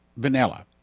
Vanilla